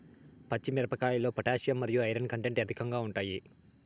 పచ్చి మిరపకాయల్లో పొటాషియం మరియు ఐరన్ కంటెంట్ అధికంగా ఉంటాయి